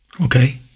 Okay